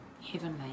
Heavenly